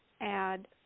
add